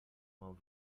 mały